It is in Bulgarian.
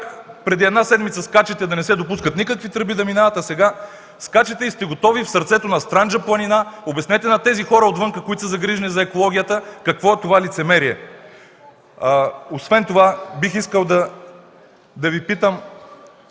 преди една седмица скачахте да не се допускат никакви тръби, а сега скачате и сте готови да минават в сърцето на Странджа планина? Обяснете на тези хора отвън, които са загрижени за екологията, какво е това лицемерие. Освен това бих искал да Ви питам: